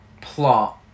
plot